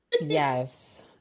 yes